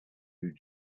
you